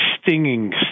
stinging